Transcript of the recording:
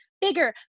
bigger